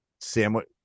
sandwich